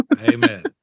Amen